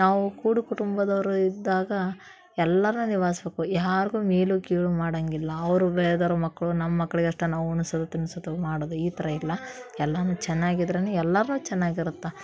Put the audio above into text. ನಾವು ಕೂಡು ಕುಟುಂಬದವರು ಇದ್ದಾಗ ಎಲ್ರನ್ನು ನಿಭಾಯ್ಸ್ಬೇಕು ಯಾರ್ಗೂ ಮೇಲು ಕೀಳು ಮಾಡೋಂಗಿಲ್ಲ ಅವರು ಬೇರೆದೋರು ಮಕ್ಕಳು ನಮ್ಮ ಮಕ್ಳಿಗಷ್ಟೇ ನಾವು ಉಣ್ಸೋದು ತಿನ್ಸೋದು ಮಾಡೋದು ಈ ಥರ ಇಲ್ಲ ಎಲ್ಲನೂ ಚೆನ್ನಾಗಿದ್ರೇನೆ ಎಲ್ರನ್ನೂ ಚೆನ್ನಾಗಿರುತ್ತೆ